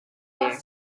there